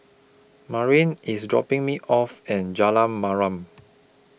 Marin IS dropping Me off At Jalan Mariam